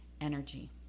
energy